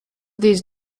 these